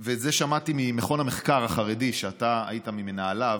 את זה שמעתי ממכון המחקר החרדי שאתה היית ממנהליו: